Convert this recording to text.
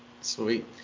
Sweet